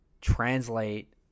translate